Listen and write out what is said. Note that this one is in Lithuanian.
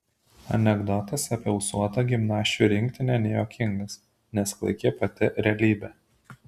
anekdotas apie ūsuotą gimnasčių rinktinę nejuokingas nes klaiki pati realybė